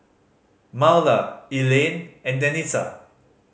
Marla Elaine and Danica